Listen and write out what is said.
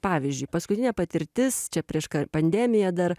pavyzdžiui paskutinė patirtis čia prieš pandemiją dar